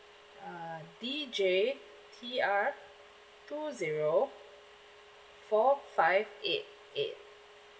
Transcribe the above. uh D J T R two zero four five eight eight